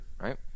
right